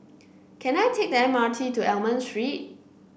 can I take the M R T to Almond Street